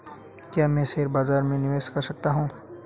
क्या मैं शेयर बाज़ार में निवेश कर सकता हूँ?